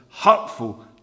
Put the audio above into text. hurtful